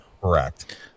Correct